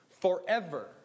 Forever